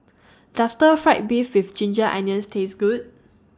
Does Stir Fried Beef with Ginger Onions Taste Good